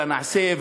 אלא נעשה,